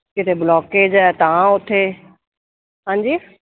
ਕਿਤੇ ਬਲੋਕੇਜ ਹੈ ਤਾਂ ਉੱਥੇ ਹਾਂਜੀ